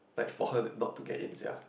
but for her not to get in sia